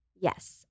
Yes